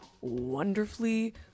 wonderfully